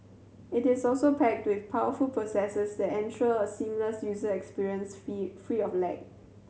it is also packed with powerful processors that ensure a seamless user experience free of lag